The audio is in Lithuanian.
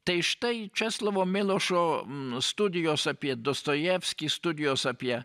tai štai česlovo milošo studijos apie dostojevskį studijos apie